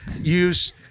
use